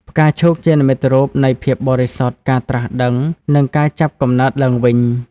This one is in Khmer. ផ្កាឈូកជានិមិត្តរូបនៃភាពបរិសុទ្ធ ការត្រាស់ដឹង និងការចាប់កំណើតឡើងវិញ។